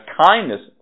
kindness